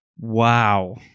Wow